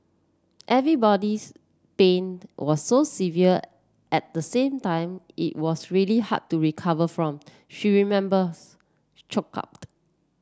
everybody's pain was so severe at the same time it was really hard to recover from she remembers choked up